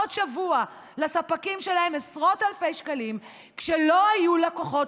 בעוד שבוע לספקים שלהם עשרות אלפי שקלים כשלא היו לקוחות,